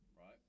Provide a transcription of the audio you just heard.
right